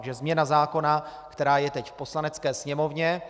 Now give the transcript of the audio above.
Takže změna zákona, která je teď v Poslanecké sněmovně.